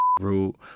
rude